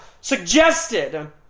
suggested